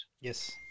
Yes